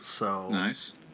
Nice